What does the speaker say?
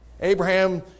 Abraham